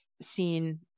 seen